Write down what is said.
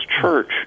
church